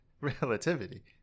relativity